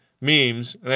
memes